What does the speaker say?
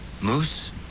Moose